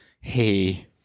Hey